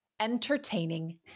entertaining